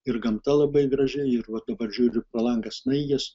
ir gamta labai gražiai ir vat dabar pažiūriu pro langą snaigės